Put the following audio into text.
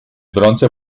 bronce